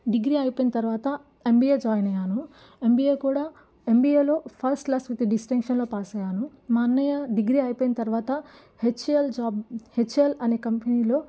degree అయిపోయిన తర్వాత MBA join అయ్యాను ఎంబీఏ కూడా ఎంబీఏలో ఫస్ట్ క్లాస్ విత్ డిస్టింక్షన్లో పాస్ అయ్యాను మా అన్నయ్య డిగ్రీ అయిపోయిన తర్వాత హెచ్ఏఎల్ జాబ్ హెచ్ఏఎల్ అనే కంపెనీలో